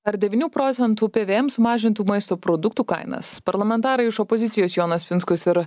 ar devynių procentų pvm sumažintų maisto produktų kainas parlamentarai iš opozicijos jonas pinskus ir